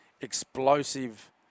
explosive